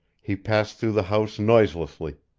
he passed through the house noiselessly.